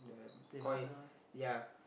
the koi ya